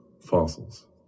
fossils